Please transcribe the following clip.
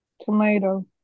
Tomato